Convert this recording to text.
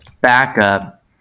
backup